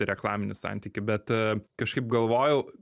reklaminį santykį bet kažkaip galvojau